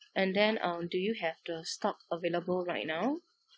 and then uh do you have the stock available right now